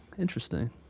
Interesting